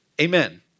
Amen